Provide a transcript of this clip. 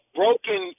broken